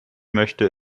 möchte